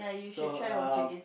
so um